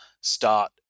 start